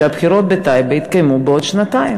שהבחירות בטייבה יתקיימו בעוד שנתיים.